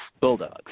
bulldogs